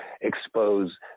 expose